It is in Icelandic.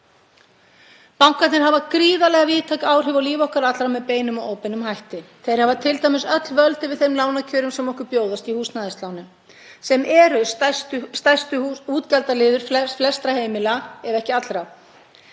Bankarnir hafa gríðarlega víðtæk áhrif á líf okkar allra með beinum og óbeinum hætti. Þeir hafa t.d. öll völd yfir þeim lánakjörum sem okkur bjóðast í húsnæðislánum, sem eru stærsti útgjaldaliður flestra heimila, ef ekki allra.